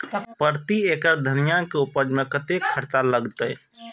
प्रति एकड़ धनिया के उपज में कतेक खर्चा लगते?